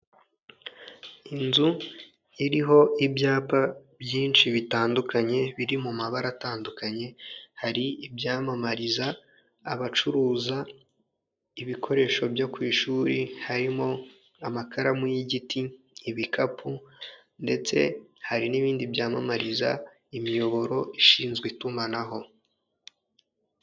Inzu iriho ibyapa byinshi bitandukanye biri mu mabara atandukanye hari ibyamamariza abacuruza ibikoresho byo ku ishuri harimo amakaramu y'igiti, ibikapu, ndetse hari n'ibindi byamamariza imiyoboro ishinzwe itumanaho.